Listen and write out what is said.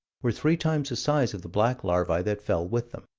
were three times the size of the black larvae that fell with them.